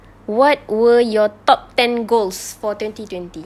what were your top ten goals for twenty twenty